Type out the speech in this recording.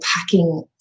packing